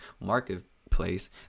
marketplace